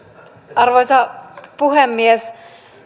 arvoisa puhemies